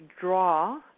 draw